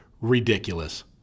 ridiculous